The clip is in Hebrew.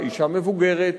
אשה מבוגרת,